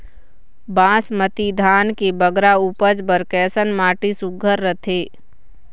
बासमती धान के बगरा उपज बर कैसन माटी सुघ्घर रथे?